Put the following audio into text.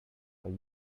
are